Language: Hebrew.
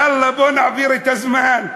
יאללה בואו נעביר את הזמן,